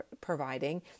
providing